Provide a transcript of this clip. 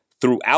throughout